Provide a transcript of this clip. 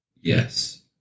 Yes